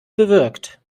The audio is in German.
bewirkt